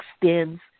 extends